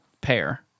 pair